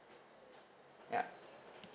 yeah